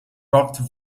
rocked